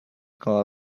gonna